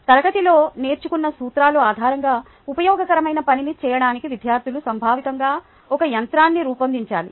తరగతిలో నేర్చుకున్న సూత్రాల ఆధారంగా ఉపయోగకరమైన పనిని చేయడానికి విద్యార్థులు సంభావితంగా ఒక యంత్రాన్ని రూపొందించాలి